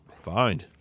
fine